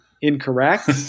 incorrect